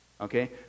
Okay